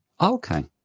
Okay